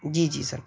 جی جی سر